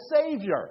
Savior